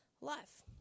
life